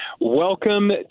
Welcome